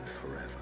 forever